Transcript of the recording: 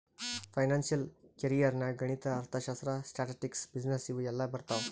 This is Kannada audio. ಫೈನಾನ್ಸಿಯಲ್ ಕೆರಿಯರ್ ನಾಗ್ ಗಣಿತ, ಅರ್ಥಶಾಸ್ತ್ರ, ಸ್ಟ್ಯಾಟಿಸ್ಟಿಕ್ಸ್, ಬಿಸಿನ್ನೆಸ್ ಇವು ಎಲ್ಲಾ ಬರ್ತಾವ್